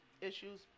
issues